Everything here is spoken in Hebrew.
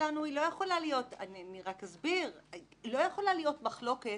אני רק אסביר שלא יכולה להיות מחלוקת